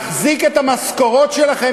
מחזיק את המשכורות שלכם,